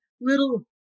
little